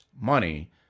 money